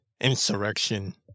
insurrection